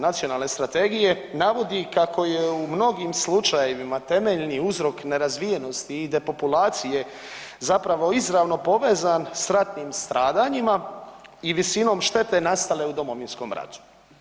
Nacionalne strategije navodi kako je u mnogim slučajevima temeljni uzrok nerazvijenosti i depopulacije zapravo izravno povezan sa ratnim stradanjima i visinom štete nastale u Domovinskom ratu.